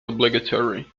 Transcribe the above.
obligatory